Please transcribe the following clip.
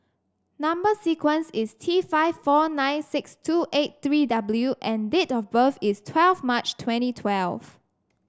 number sequence is T five four nine six two eight three W and date of birth is twelfth March twenty twelve